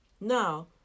now